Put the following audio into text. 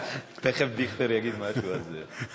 תכף דיכטר יגיד משהו על זה.